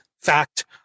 fact